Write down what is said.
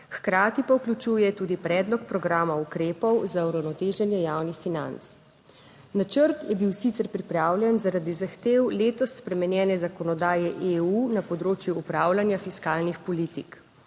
hkrati pa vključuje tudi predlog programa ukrepov za uravnoteženje javnih financ. Načrt je bil sicer pripravljen zaradi zahtev letos spremenjene zakonodaje EU na področju upravljanja fiskalnih politik,